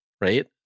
right